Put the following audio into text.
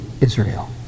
Israel